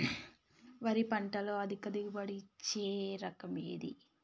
వరి పంట లో అధిక దిగుబడి ఇచ్చే వరి రకం ఏది?